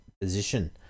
position